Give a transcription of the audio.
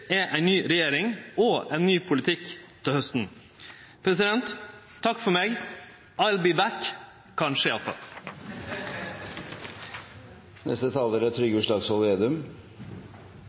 er ei ny regjering og ein ny politikk til hausten. Takk for meg. «I’ll be back» – kanskje,